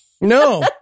No